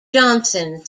johnson